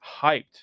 hyped